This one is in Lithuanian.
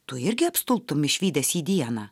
tu irgi apstulbtum išvydęs jį dieną